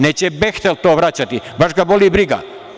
Neće „Behtel“ to vraćati, baš ga boli briga.